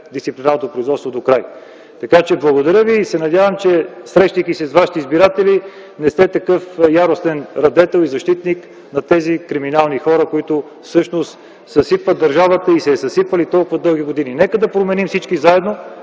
да го проведем докрай. Благодаря Ви и се надявам, че, срещайки се с Вашите избиратели, не сте такъв яростен радетел и защитник на тези криминални хора, които всъщност съсипват държавата и са я съсипвали толкова дълги години. Нека да променим всички заедно